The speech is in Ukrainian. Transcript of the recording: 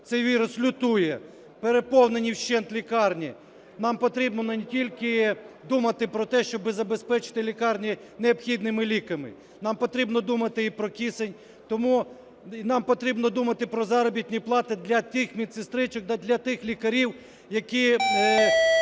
цей вірус лютує, переповнені вщент лікарні, нам потрібно не тільки думати про те, щоб забезпечити лікарні необхідними ліками, нам потрібно думати і про кисень, нам потрібно думати про заробітні плати для тих медсестричок, для тих лікарів, які